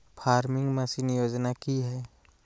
Farming machine योजना कि हैय?